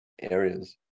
areas